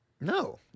No